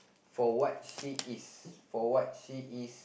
for what she is for what she is